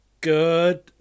Good